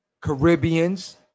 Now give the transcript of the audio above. Caribbeans